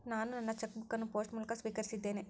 ನಾನು ನನ್ನ cheque book ಅನ್ನು ಪೋಸ್ಟ್ ಮೂಲಕ ಸ್ವೀಕರಿಸಿದ್ದೇನೆ